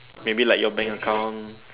maybe like your bank account